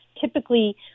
typically